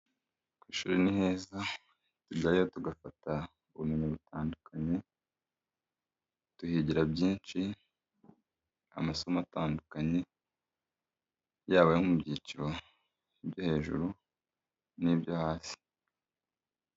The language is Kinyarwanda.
Ku ishuri ni heza. Tujyayo tugafata ubumenyi butandukanye. Tuhigira byinshi, amasomo atandukanye yaba mu byiciro byo hejuru n'ibyo hasi.